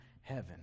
heaven